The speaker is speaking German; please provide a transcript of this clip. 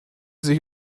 sich